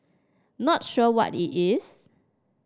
not sure what it is